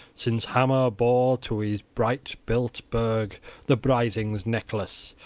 since hama bore to his bright-built burg the brisings' necklace,